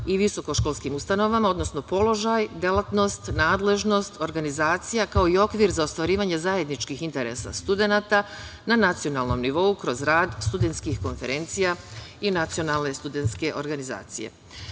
i visokoškolskim ustanovama, odnosno položaj, delatnost, nadležnost, organizacija, kao i okvir za ostvarivanje zajedničkih interesa studenata na nacionalnom nivou kroz rad studentskih konferencija i Nacionalne studentske organizacije.